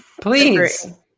please